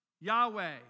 Yahweh